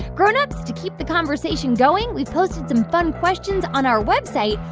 grown-ups, to keep the conversation going, we've posted some fun questions on our website,